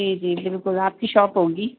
جی جی بالکل آپ کی شاپ ہوگی